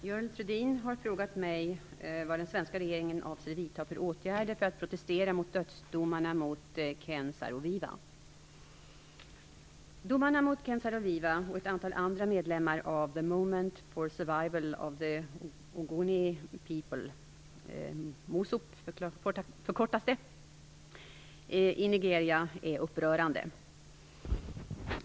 Fru talman! Görel Thurdin har frågat mig vad den svenska regeringen avser vidta för åtgärder för att protestera mot dödsdomen mot Ken Saro-Wiwa. Ogoni people i Nigeria är upprörande.